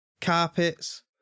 Carpets